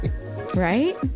Right